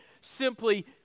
simply